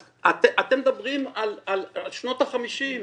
אז אתם מדברים על שנות החמישים,